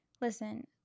listen